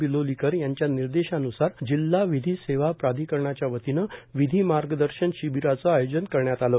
बिलोलीकर यांच्या निर्देशान्सार जिल्हा विधी सेवा प्राधिकरणाच्या वतीनं विधी मार्गदर्शन शिबिराचं आयोजन करण्यात आलं